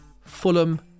Fulham